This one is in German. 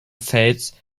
fels